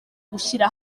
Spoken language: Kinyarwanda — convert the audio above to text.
gushyira